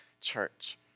Church